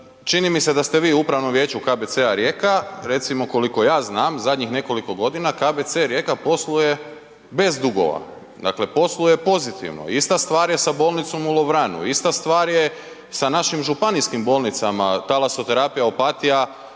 čini mi se da ste vi u Upravnom vijeću KBC Rijeka. Recimo, koliko ja znam, zadnjih nekoliko godina KBC Rijeka posluje bez dugova. Dakle, posluje pozitivno, ista stvar je sa bolnicom u Lovranu, ista stvar je sa našim županijskim bolnicama, Talasoterapija Opatija